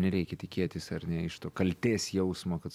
nereikia tikėtis ar ne iš to kaltės jausmo kad